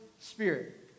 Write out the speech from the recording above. Spirit